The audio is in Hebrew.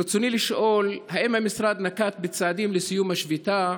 ברצוני לשאול: 1. האם המשרד נקט צעדים לסיום השביתה?